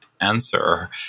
answer